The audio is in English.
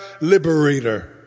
liberator